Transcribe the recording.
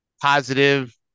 positive